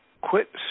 quit